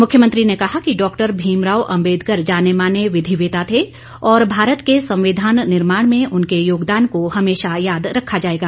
मुख्यमंत्री ने कहा कि डॉक्टर भीमराव अम्बेदकर जानेमाने विधिवेता थे और भारत के संविधान निर्माण में उनके योगदान को हमेशा याद रखा जाएगा